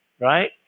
right